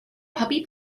puppy